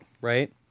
right